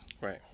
Right